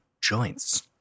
joints